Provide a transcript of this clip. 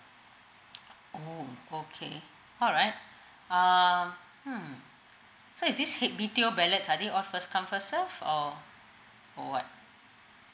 oh okay alright um mm so is this B_T_O ballots are they all first come first serve or or what